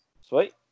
Sweet